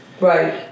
Right